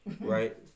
Right